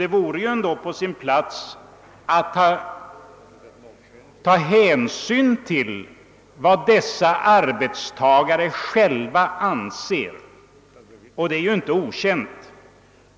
Det vore då på sin plats att man tog hänsyn till vad dessa arbetstagare själva anser, och det är ju inte okänt.